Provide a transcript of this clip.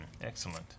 excellent